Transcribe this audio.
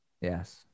Yes